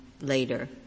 later